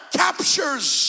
captures